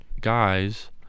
guys